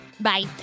bye